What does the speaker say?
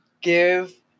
give